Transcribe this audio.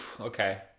okay